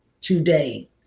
today